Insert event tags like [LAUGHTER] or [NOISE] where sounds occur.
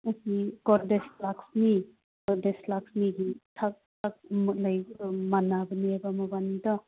ꯑꯁꯤ ꯒꯣꯗꯦꯖ ꯂꯛꯁꯃꯤ ꯒꯣꯗꯦꯖ ꯂꯛꯁꯃꯤꯒꯤ [UNINTELLIGIBLE] ꯑꯃ ꯂꯩꯕꯗꯣ ꯃꯥꯟꯅꯕꯅꯦꯕ ꯃꯕꯥꯟꯅꯤꯗꯣ